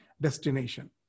destination